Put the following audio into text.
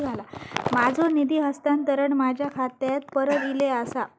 माझो निधी हस्तांतरण माझ्या खात्याक परत इले आसा